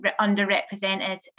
underrepresented